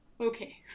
okay